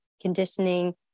conditioning